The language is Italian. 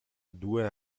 due